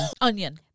Onion